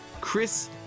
Chris